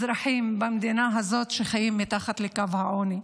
אזרחים במדינה הזאת, שחיים מתחת לקו העוני.